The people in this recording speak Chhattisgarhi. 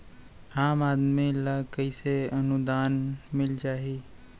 आम आदमी ल कइसे अनुदान मिल जाही?